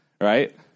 right